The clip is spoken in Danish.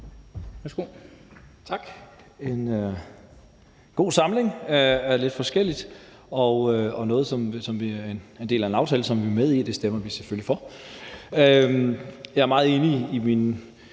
er en god samling af lidt forskelligt og noget, som er en del af en aftale, som vi er med i, og det stemmer vi selvfølgelig for. Jeg er meget enig med min